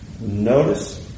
Notice